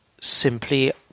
simply